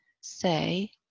say